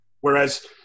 Whereas